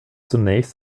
zunächst